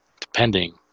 depending